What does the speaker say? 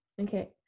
Okay